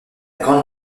grande